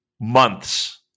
months